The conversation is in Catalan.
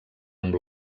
amb